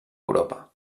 europa